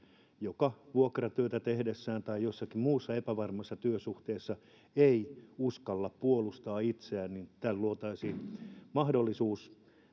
joka vuokratyötä tehdessään tai jossakin muussa epävarmassa työsuhteessa ei uskalla puolustaa itseään tällä luotaisiin mahdollisuus